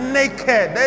naked